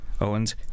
Owens